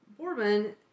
Bourbon